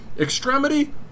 Extremity